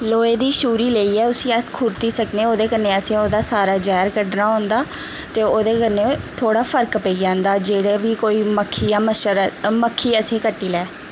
लोहे दी छुरी लेइयै उसी अस खुर्ती सकने ओह्दे कन्नै असें ओह्दा सारा जैह्र कड्ढना होंदा ते ओह्दे कन्नै थोह्ड़ा फर्क पेई जंदा जेह्ड़ा बी कोई मक्खी जां मच्छर मक्खी असेंगी कट्टी लै